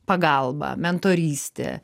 pagalba mentorystė